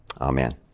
Amen